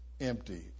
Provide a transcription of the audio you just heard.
empty